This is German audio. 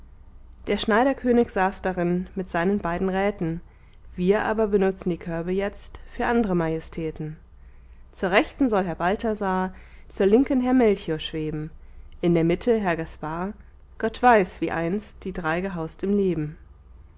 der schneiderkönig saß darin mit seinen beiden räten wir aber benutzen die körbe jetzt für andre majestäten zur rechten soll herr balthasar zur linken herr melchior schweben in der mitte herr gaspar gott weiß wie einst die drei gehaust im leben